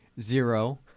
zero